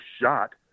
shot